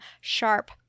sharp